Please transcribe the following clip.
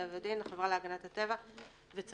טבע ודין", החברה להגנת הטבע ו"צלול".